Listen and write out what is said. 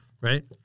right